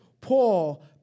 Paul